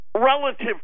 Relative